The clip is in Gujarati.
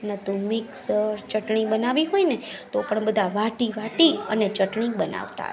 નતું મિક્સર ચટણી બનાવી હોયને તો પણ બધા વાટી વાટી અને ચટણી બનાવતા હતા